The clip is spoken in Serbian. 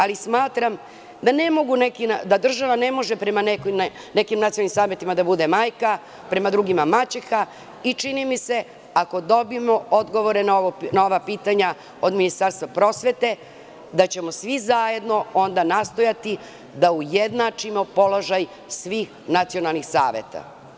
Ali, smatram da država ne može prema nekim nacionalnim savetima da bude majka, prema drugima maćeha i čini mi se ako dobijemo odgovore na ova pitanja od Ministarstva prosvete da ćemo svi zajedno onda nastojati da ujednačimo položaj svih nacionalnih saveta.